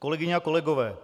Kolegyně a kolegové,